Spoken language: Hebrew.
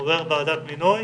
עובר ועדת מינוי.